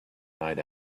night